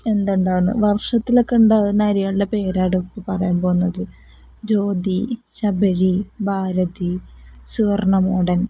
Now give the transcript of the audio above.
വർഷത്തിലൊക്കെ ഉണ്ടാകുന്ന അരികളുടെ പേരാണ് ഇപ്പോള് പറയാൻ പോകുന്നത് ജ്യോതി ശബരി ഭാരതി സുവർണ്ണമോടൻ